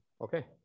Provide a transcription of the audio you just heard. okay